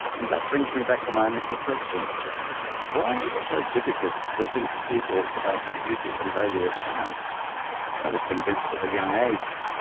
and that brings me back to my initial question why is it so difficult to convince people about the beauty and value of science? i was convinced at a young age,